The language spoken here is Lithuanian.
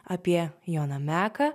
apie joną meką